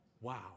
Wow